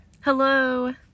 hello